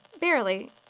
Barely